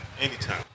Anytime